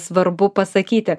svarbu pasakyti